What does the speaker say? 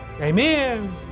Amen